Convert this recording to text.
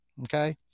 okay